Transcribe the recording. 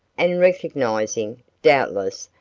and recognizing, doubtless,